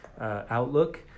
outlook